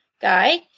guy